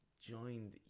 joined